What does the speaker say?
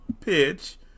pitch